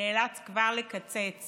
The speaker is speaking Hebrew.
נאלץ כבר לקצץ